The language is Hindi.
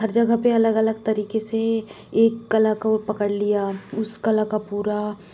हर जगह पर अलग अलग तरीके से एक कला को पकड़ लिया उस कला का पूरा